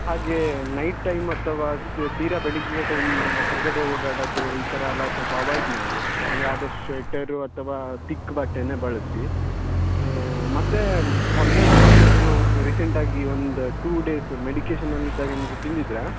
ಹಾಗೇ night time ಅಥವಾ ತೀರಾ ಬೆಳಗ್ಗೆ ಟೈಮು ಹೊರಗಡೆ ಓಡಾಡೋದು ಈ ಥರ ಎಲ್ಲ ಸ್ವಲ್ಪ ಅವಾಯ್ಡ್ ಮಾಡಿ ಅಂದರೆ ಆದಷ್ಟು ಶ್ವೆಟರು ಅಥವಾ ತಿಕ್ ಬಟ್ಟೆಯೆ ಬಳಸಿ ಮತ್ತು ಹೊರಗಡೆ ಏನಾದರೂ ರೀಸೆಂಟಾಗಿ ಒಂದು ಟೂ ಡೇಸ್ ಮೆಡಿಕೇಷನಲ್ಲಿ ಇದ್ದಾಗ ಏನಾದರೂ ತಿಂದಿದ್ರಾ